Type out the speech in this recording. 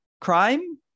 Crime